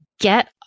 get